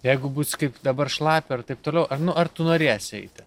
jeigu bus kaip dabar šlapia ir taip toliau ar nu ar tu norėsi eiti